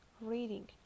reading